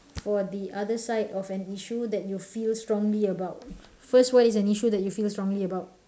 for the other side of an issue that you feel strongly about first what is an issue that you feel strongly about